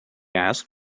asked